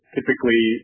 Typically